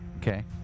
Okay